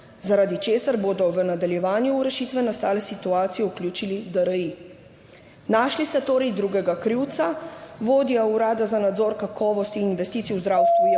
zaradi česar bodo v nadaljevanju v rešitve nastale situacije vključili DRI. Našli ste torej drugega krivca, vodja Urada za nadzor, kakovost in investicije v zdravstvu je odstopil,